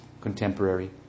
contemporary